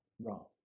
wrong